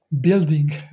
building